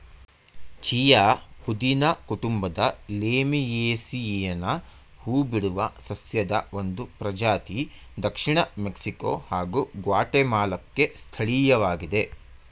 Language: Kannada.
ಚೀಯಾ ಪುದೀನ ಕುಟುಂಬದ ಲೇಮಿಯೇಸಿಯಿಯನ ಹೂಬಿಡುವ ಸಸ್ಯದ ಒಂದು ಪ್ರಜಾತಿ ದಕ್ಷಿಣ ಮೆಕ್ಸಿಕೊ ಹಾಗೂ ಗ್ವಾಟೆಮಾಲಾಕ್ಕೆ ಸ್ಥಳೀಯವಾಗಿದೆ